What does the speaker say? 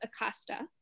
Acosta